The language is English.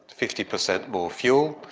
fifty percent more fuel,